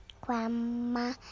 grandma